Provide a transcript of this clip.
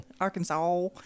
Arkansas